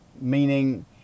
meaning